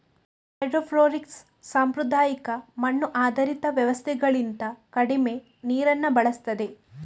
hydroponics ಸಾಂಪ್ರದಾಯಿಕ ಮಣ್ಣು ಆಧಾರಿತ ವ್ಯವಸ್ಥೆಗಳಿಗಿಂತ ಕಡಿಮೆ ನೀರನ್ನ ಬಳಸ್ತದೆ